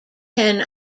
ten